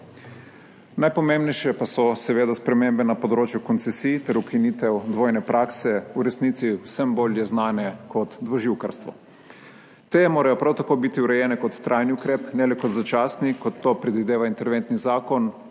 Najpomembnejše pa so seveda spremembe na področju koncesij ter ukinitev dvojne prakse, v resnici vsem bolj znane kot dvoživkarstvo. Te morajo prav tako biti urejene kot trajni ukrep, ne le kot začasni, kot to predvideva interventni zakon,